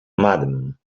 madam